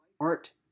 art